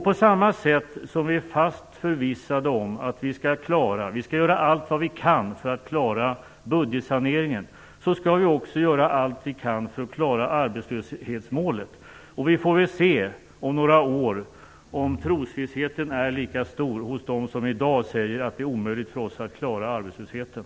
På samma sätt som vi är fast förvissade om att vi skall klara, och göra allt vad vi kan för att klara, budgetsaneringen skall vi också göra allt vad vi kan för att klara arbetslöshetsmålet. Vi får se om några år ifall trosvissheten då är lika stor hos dem som i dag säger att det är omöjligt för oss att klara arbetslösheten.